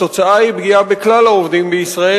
התוצאה היא פגיעה בכלל העובדים בישראל.